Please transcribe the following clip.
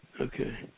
Okay